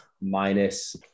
minus